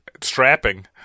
strapping